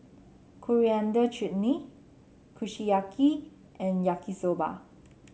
Coriander Chutney Kushiyaki and Yaki Soba